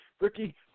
Ricky